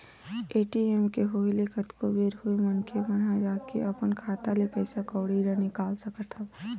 ATM के होय ले कतको बेर होय मनखे मन ह जाके अपन खाता ले पइसा कउड़ी ल निकाल सकत हवय